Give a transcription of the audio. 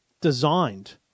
designed